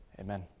Amen